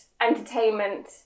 Entertainment